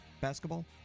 basketball